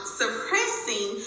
suppressing